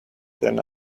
than